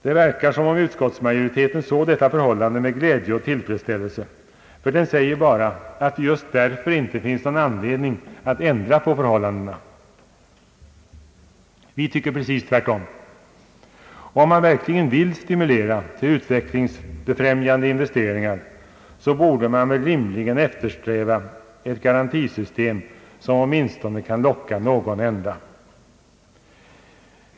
Det verkar som om utskottsmajoriteten såg detta förhållande med glädje och tillfredsställelse, ty den säger bara att det just därför inte finns någon anledning att ändra på förhållandena. Vi tycker precis tvärtom. Om man verkligen vill stimulera till utvecklingsbefrämjande investeringar, borde man rimligen eftersträva ett garantisystem som åtminstone kan locka någon enda.